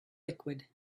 liquid